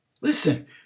Listen